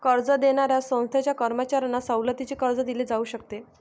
कर्ज देणाऱ्या संस्थांच्या कर्मचाऱ्यांना सवलतीचे कर्ज दिले जाऊ शकते